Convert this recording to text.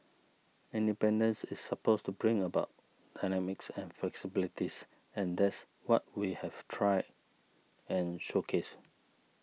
independence is supposed to bring about dynamism and flexibilities and that's what we have try and showcase